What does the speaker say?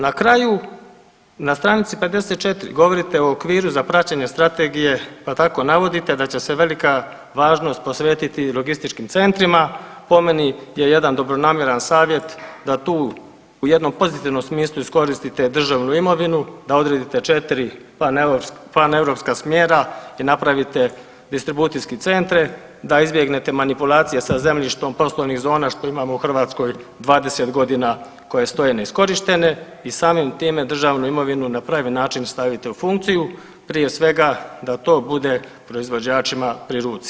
Na kraju, na stranici 54. govorite o okviru za praćenje Strategije pa tako navodite da će se velika važnost posvetiti logističkim centrima, po meni je jedan dobronamjeran savjet da tu u jednom pozitivnom smislu iskoristite državnu imovinu, da odredite 4 paneuropska smjera i napravite distribucijske centre, da izbjegnete manipulacije sa zemljištem poslovnih zona što imamo u Hrvatskoj 20 godina koje stoje neiskorištene i samim time, državnu imovinu na pravi način stavite u funkciju, prije svega da to bude proizvođačima pri ruci.